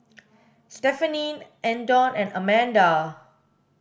Stephenie Andon and Amanda